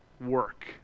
work